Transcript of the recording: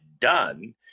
done